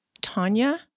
Tanya